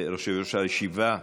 יושב-ראש הישיבה,